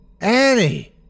Annie